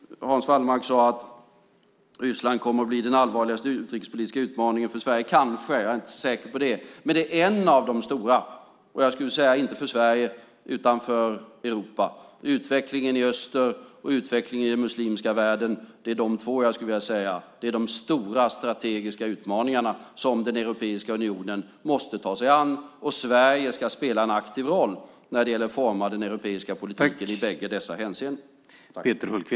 Hans Wallmark sade att Ryssland kommer att bli den allvarligaste utrikespolitiska utmaningen för Sverige. Kanske är det så, jag är inte säker på det. Men det är en av de stora utmaningarna, och inte för Sverige utan för Europa, skulle jag vilja säga. Utvecklingen i öster och utvecklingen i den muslimska världen är de två stora strategiska utmaningar som Europeiska unionen måste ta sig an, och Sverige ska spela en aktiv roll när det gäller att forma den europeiska politiken i bägge dessa hänseenden.